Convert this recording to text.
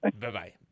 Bye-bye